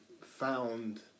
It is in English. found